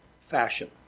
fashion